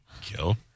Kill